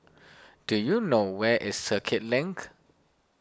do you know where is Circuit Link